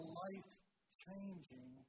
life-changing